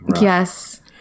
Yes